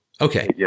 Okay